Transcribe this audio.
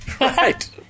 right